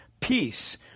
peace